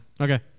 Okay